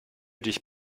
dich